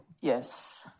Yes